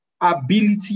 ability